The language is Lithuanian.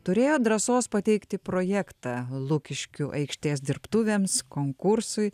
turėjo drąsos pateikti projektą lukiškių aikštės dirbtuvėms konkursui